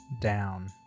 down